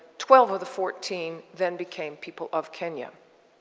twelve of the fourteen then became people of kenya.